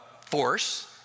force